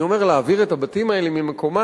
אני אומר להעביר את הבתים האלה ממקומם,